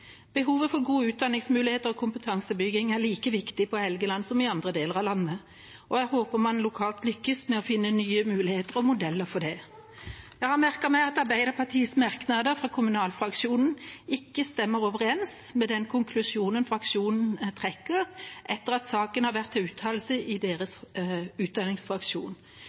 Behovet for gode utdanningsmuligheter og kompetansebygging er like viktig på Helgeland som i andre deler av landet. Jeg håper at man lokalt lykkes med å finne nye muligheter og modeller for det. Jeg har merket meg at Arbeiderpartiets merknader fra kommunalfraksjonen ikke stemmer overens med den konklusjonen fraksjonen trekker etter at saken har vært til uttalelse i deres utdanningsfraksjon.